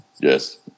Yes